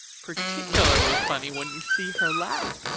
particularly funny when you see her lap!